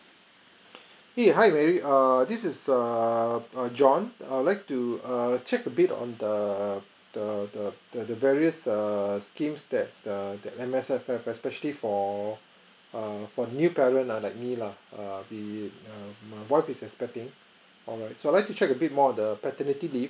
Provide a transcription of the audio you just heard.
!hey! hi mary err this is err err john I would like to err check a bit on the the the the various err schemes that the M_S_F have especially for err for new parent uh like me lah err we err my wife is expecting alright so I'd like to check a bit more the paternity leave